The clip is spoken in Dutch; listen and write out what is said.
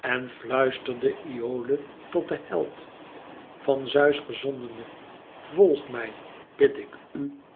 en fluisterde iole tot den held van zeus gezondene volg mij bid ik u